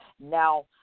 Now